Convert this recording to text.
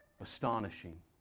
Astonishing